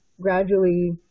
gradually –